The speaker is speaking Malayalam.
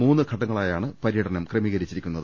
മൂന്ന് ഘട്ടങ്ങളായാണ് പരൃടനം ക്രമീകരിച്ചിരിക്കുന്നത്